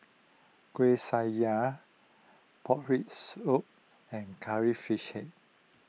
Kueh Syara Pork Rib Soup and Curry Fish Head